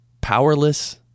powerless